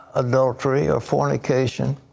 adultery, ah fornication.